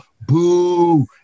boo